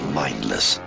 mindless